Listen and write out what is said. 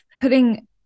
putting